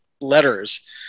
letters